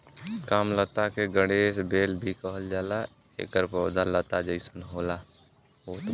कामलता के गणेश बेल भी कहल जाला एकर पौधा लता जइसन होत बा